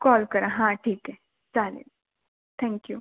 call करा हां ठीक आहे चालेल थँक्यू